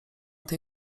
tej